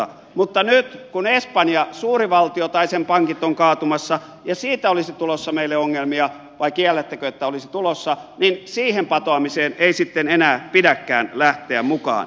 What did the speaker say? mutta nyt kun espanja suuri valtio tai sen pankit ovat kaatumassa ja siitä olisi tulossa meille ongelmia vai kiellättekö että ei olisi tulossa niin siihen patoamiseen ei sitten enää pidäkään lähteä mukaan